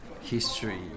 history